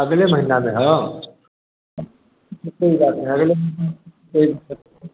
अगले महिना में हाँ कोई बात नहीं अगले महिना में कोई